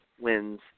wins